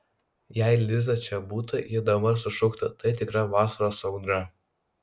jei liza čia būtų ji dabar sušuktų tai tikra vasaros audra